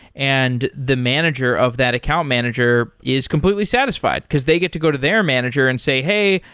and the manager of that account manager is completely satisfied, because they get to go to their manager and say, hey,